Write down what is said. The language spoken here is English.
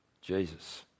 Jesus